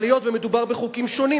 אבל היות שמדובר בחוקים שונים,